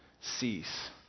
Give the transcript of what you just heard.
Cease